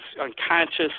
unconscious